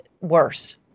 worse